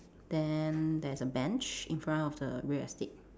then there's a bench in front of the real estate